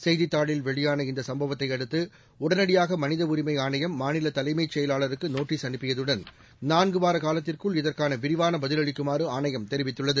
செய்தித் தாளில் வெளியாள இந்தசம்பவத்தையடுத்துஉடனடியாகமனிதஉரிமைஆணையம் மாநிலதலைமைச் செயலாளருக்குநோட்டீஸ் அனுப்பியதுடன் நான்குவாரகாலத்திற்குள் இதற்கானவிரிவானபதிலளிக்குமாறுஆணையம் தெரிவித்துள்ளது